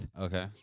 Okay